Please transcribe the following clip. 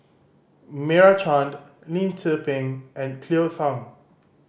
Meira Chand Lim Tze Peng and Cleo Thang